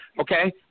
okay